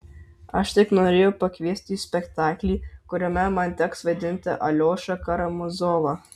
aš tik norėjau pakviesti į spektaklį kuriame man teks vaidinti aliošą karamazovą